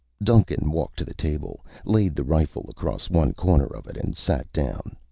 duncan walked to the table, laid the rifle across one corner of it and sat down.